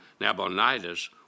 Nabonidus